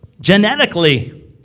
genetically